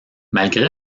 malgré